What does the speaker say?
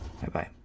Bye-bye